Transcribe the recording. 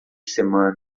semana